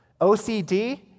OCD